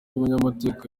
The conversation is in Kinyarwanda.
munyamategeko